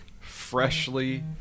freshly